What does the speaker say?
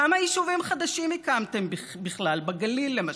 כמה יישובים חדשים הקמתם בכלל בגליל, למשל,